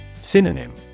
Synonym